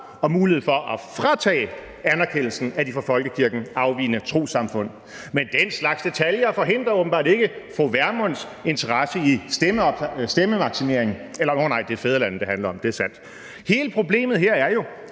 og mulighed for at fratage anerkendelsen af de fra folkekirken afvigende trossamfund. Men den slags detaljer forhindrer åbenbart ikke fru Vermunds interesse i stemmemaksimering – nå nej, det er fædrelandet, det handler om, det er sandt. Hele problemet her er jo,